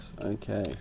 okay